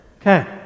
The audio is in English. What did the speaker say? Okay